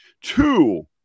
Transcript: two